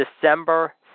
December